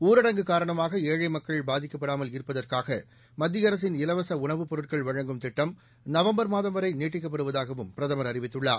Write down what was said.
ஊரடங்கு காரணமாக ஏழை மக்கள் பாதிக்கப்படாமல் இருப்பதற்காக மத்திய அரசின் இலவச உணவு பொருட்கள் வழங்கும் திட்டம் நவம்பர் மாதம் வரை நீட்டிக்கப்படுவதாகவும் பிரதம் அறிவித்துள்ளார்